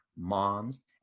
moms